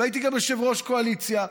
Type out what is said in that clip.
והייתי גם יושב-ראש קואליציה,